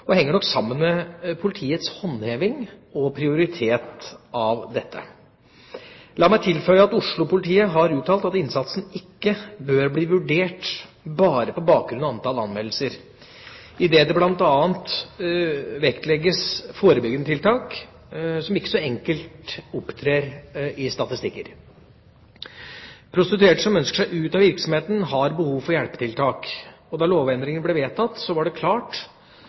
og henger nok sammen med politiets håndheving og prioritering av dette. La meg tilføye at Oslo-politiet har uttalt at innsatsen ikke bør bli vurdert bare på bakgrunn av antall anmeldelser, idet de bl.a. vektlegger forebyggende tiltak, som ikke så enkelt opptrer i statistikker. Prostituerte som ønsker seg ut av virksomheten, har behov for hjelpetiltak. Da lovendringen ble vedtatt, var det klart